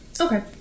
Okay